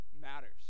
matters